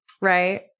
Right